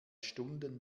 stunden